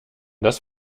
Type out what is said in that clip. das